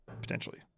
potentially